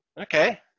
Okay